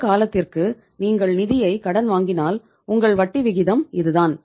இந்த காலத்திற்கு நீங்கள் நிதியை கடன் வாங்கினால் உங்கள் வட்டி விகிதம் இதுதான்